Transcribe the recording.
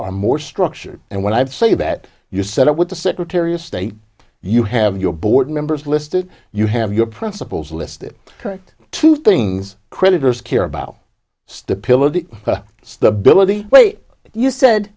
are more structured and when i have say that you set up with the secretary of state you have your board members listed you have your principles listed right two things creditors care about stability stability you said